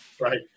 right